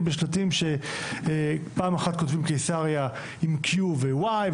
בשלטים שפעם אחת כותבים קיסריה עם Q ו-Y,